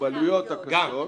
במוגבלויות הקשות.